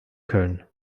köln